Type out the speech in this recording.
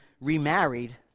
remarried